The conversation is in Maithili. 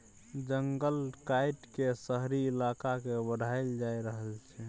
जंगल काइट के शहरी इलाका के बढ़ाएल जा रहल छइ